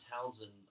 Townsend